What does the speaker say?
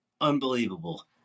Unbelievable